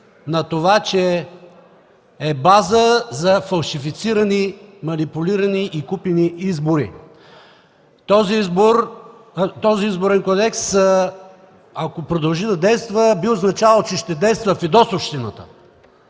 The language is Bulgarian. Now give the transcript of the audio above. на това, че е база за фалшифицирани, манипулирани и купени избори. Този Изборен кодекс, ако продължи да действа, би означавало, че ще действа фидосовщината.